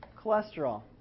cholesterol